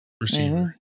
receiver